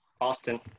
Austin